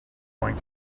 going